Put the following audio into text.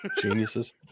geniuses